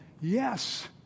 yes